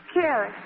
Carrie